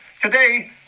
today